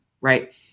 right